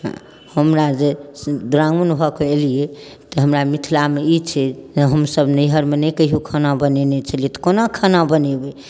हमरा जे दुरागमन भऽ कऽ अएलिए तऽ हमरा मिथिलामे ई छै हमसब नैहरमे नहि कहिओ खाना बनेने छलिए तऽ कोना खाना बनेबै